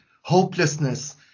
hopelessness